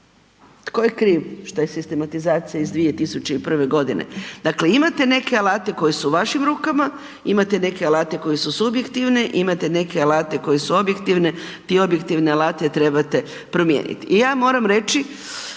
tko je kriv što je sistematizacija iz 2001.g., dakle imate neke alate koji su u vašim rukama, imate neke alate koji su subjektivni, imate neke alate koji su objektivne, ti objektivne alate trebate promijenit i ja moram reći